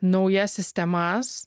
naujas sistemas